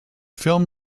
film